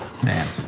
sam,